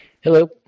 Hello